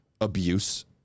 abuse